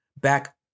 back